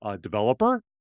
developer